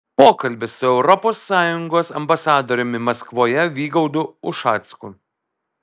pokalbis su europos sąjungos ambasadoriumi maskvoje vygaudu ušacku